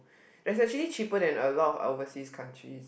there's actually cheaper than a lot of overseas countries